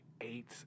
eight